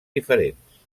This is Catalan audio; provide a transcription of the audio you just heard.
diferents